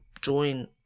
join